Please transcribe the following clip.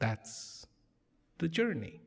that's the journey